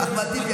אחמד טיבי,